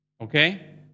Okay